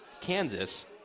Kansas